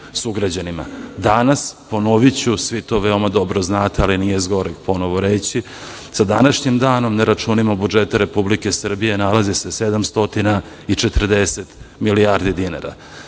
Danas, ponoviću, svi to veoma dobro znate, ali nije zgoreg ponovo reći, sa današnjim danom na računima budžeta Republike Srbije nalazi se 740 milijardi dinara. Da